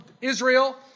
Israel